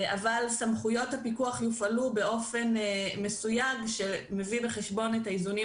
אבל סמכויות הפיקוח יופעלו באופן מסוים שמביא בחשבון את האיזונים